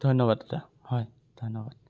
ধন্যবাদ দাদা হয় ধন্যবাদ